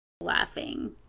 laughing